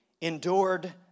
endured